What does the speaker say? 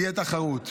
תהיה תחרות.